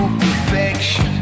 perfection